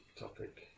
topic